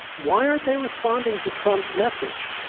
why aren't they responding to trump's message?